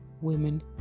women